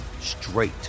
straight